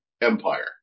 empire